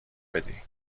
بدی